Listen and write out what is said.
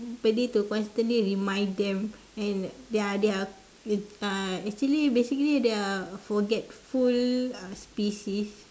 body to constantly remind them and they are they are uh actually basically they are forgetful uh species